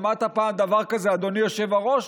שמעת פעם דבר כזה, אדוני היושב-ראש?